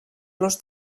los